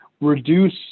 reduce